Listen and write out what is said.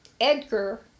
Edgar